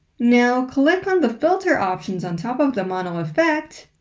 now click on the filter options on top of the mono effect,